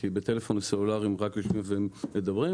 כי בטלפונים סלולריים רק יושבים ומדברים,